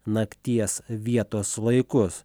nakties vietos laikus